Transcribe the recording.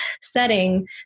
setting